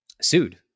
sued